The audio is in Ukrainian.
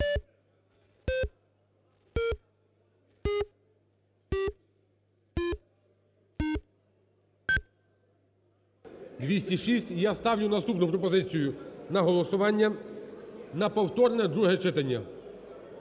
І я ставлю наступну пропозицію на голосування: на повторне друге читання.